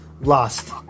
lost